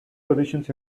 positions